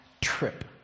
trip